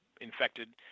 infected